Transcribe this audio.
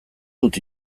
dut